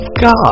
God